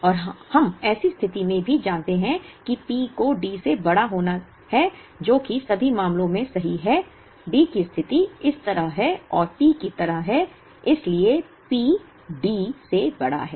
और हम ऐसी स्थिति में भी जानते हैं कि P को D से बड़ा होना है जो कि सभी मामलों में सही है D की स्थिति इस तरह है और P की तरह है इसलिए P D से बड़ा है